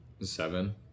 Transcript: Seven